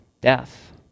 death